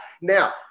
Now